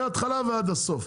מהתחלה ועד הסוף.